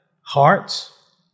hearts